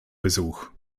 besuch